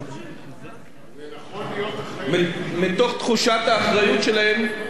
אבל זה נכון להיות אחראי, האמת.